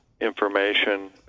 information